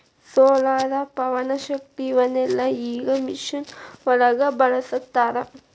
solar, ಪವನಶಕ್ತಿ ಇವನ್ನೆಲ್ಲಾ ಈಗ ಮಿಷನ್ ಒಳಗ ಬಳಸತಾರ